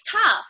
tough